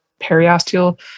periosteal